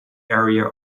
area